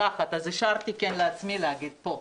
-- אני רותחת אז הרשיתי לעצמי להגיד פה.